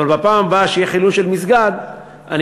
אבל בפעם הבאה שיהיה חילול של מסגד אני